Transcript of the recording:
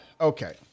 Okay